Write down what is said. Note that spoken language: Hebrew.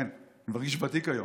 כן, אני מרגיש ותיק היום.